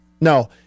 No